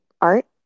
art